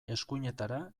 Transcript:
eskuinetara